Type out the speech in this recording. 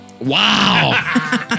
Wow